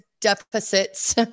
deficits